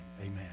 amen